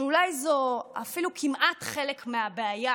שזה אולי אפילו כמעט חלק מהבעיה,